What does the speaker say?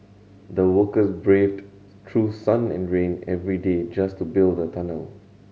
the workers braved through sun and rain every day just to build the tunnel